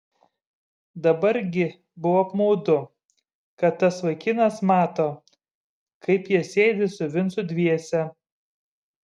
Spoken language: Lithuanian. dabar gi buvo apmaudu kad tas vaikinas mato kaip jie sėdi su vincu dviese